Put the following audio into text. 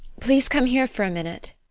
please come here for a minute.